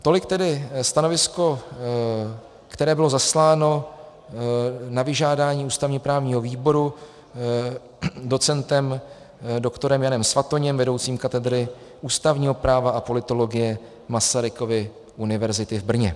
Tolik tedy stanovisko, které bylo zasláno na vyžádání ústavněprávního výboru docentem doktorem Janem Svatoněm, vedoucím Katedry ústavního práva a politologie Masarykovy univerzity v Brně.